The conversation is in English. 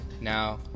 Now